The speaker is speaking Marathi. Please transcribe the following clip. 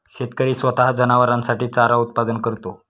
शेतकरी स्वतः जनावरांसाठी चारा उत्पादन करतो